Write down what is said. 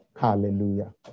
hallelujah